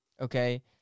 okay